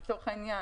למשל,